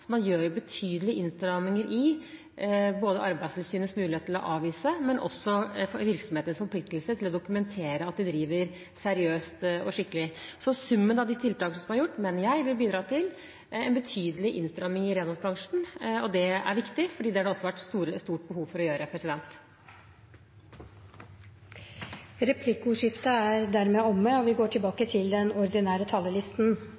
Så det gjøres betydelige innstramminger i både Arbeidstilsynets mulighet til å avvise og virksomhetenes forpliktelse til å dokumentere at de driver seriøst og skikkelig. Summene av de tiltakene som er gjort, mener jeg vil bidra til en betydelig innstramming i renholdsbransjen. Det er viktig, for det har det vært et stort behov for å gjøre. Replikkordskiftet er omme. De talere som heretter får ordet, har en taletid på inntil 3 minutter. Det er særdeles viktig å bidra til ryddige og